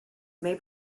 may